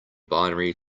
binary